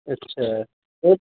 اچھا تو